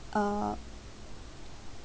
uh